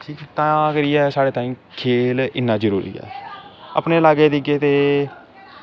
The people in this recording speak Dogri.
ठीक ऐ तां करियै खेल साढ़े ताईं खेल इ'न्ना जरूरी ऐ अपने लागे दे